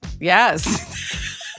Yes